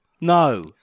No